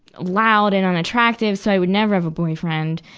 loud and unattractive, so i would never have a boyfriend.